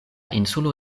insulo